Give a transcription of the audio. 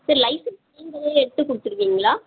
சரி லைசன்ஸ் நீங்களே எடுத்து கொடுத்துடுவீங்களா